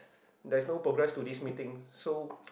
there's no progress to this meeting so